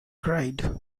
cried